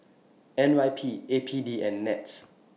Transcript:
N Y P A P D and Nets